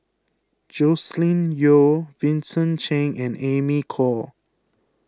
Joscelin Yeo Vincent Cheng and Amy Khor